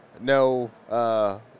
no, –